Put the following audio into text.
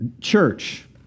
Church